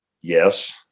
yes